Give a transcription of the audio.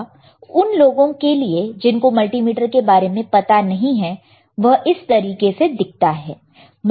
तो उन लोगों के लिए जिनको मल्टीमीटर के बारे में पता नहीं है तो वह इस तरीके से दिखता है